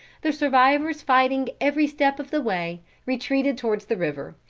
the survivors fighting every step of the way, retreated towards the river,